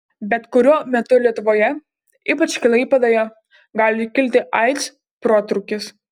bet kuriuo metu lietuvoje ypač klaipėdoje gali kilti aids protrūkis